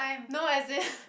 no as in